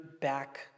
back